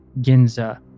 Ginza